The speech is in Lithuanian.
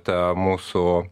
ta mūsų